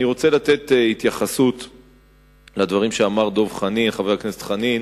אני רוצה להתייחס לדברים שאמר חבר הכנסת דב חנין